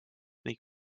ning